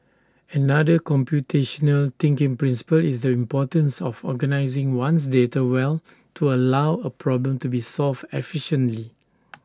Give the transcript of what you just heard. another computational thinking principle is the importance of organising one's data well to allow A problem to be solved efficiently